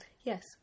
Yes